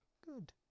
Good